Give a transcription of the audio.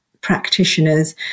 practitioners